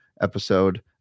episode